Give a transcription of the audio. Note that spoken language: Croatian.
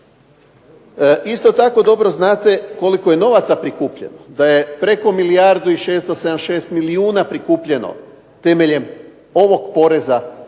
Isto tako dobro znate koliko je novaca prikupljeno. Da je preko milijardu i 676 milijuna prikupljeno temeljem ovog poreza i da